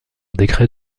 décret